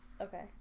Okay